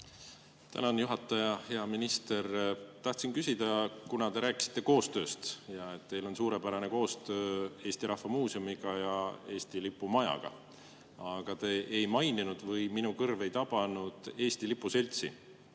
Tänan, juhataja! Hea minister! Tahtsin küsida, kuna te rääkisite koostööst ja sellest, et teil on suurepärane koostöö Eesti Rahva Muuseumiga ja Eesti lipu majaga. Aga te ei maininud – või minu kõrv ei tabanud? – Eesti Lipu Seltsi.